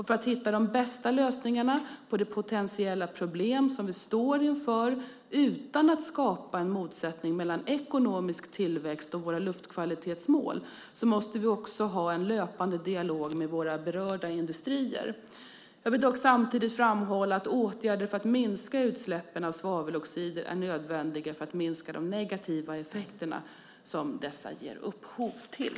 För att hitta de bästa lösningarna på de potentiella problem som vi står inför, utan att skapa en motsättning mellan ekonomisk tillväxt och våra luftkvalitetsmål, måste vi också ha en löpande dialog med berörda industrier. Jag vill dock samtidigt framhålla att åtgärder för att minska utsläppen av svaveloxider är nödvändiga för att minska de negativa effekter som dessa ger upphov till.